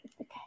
Okay